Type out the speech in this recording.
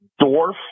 dwarf